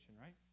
right